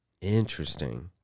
interesting